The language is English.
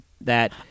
that-